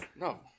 No